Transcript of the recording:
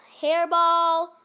hairball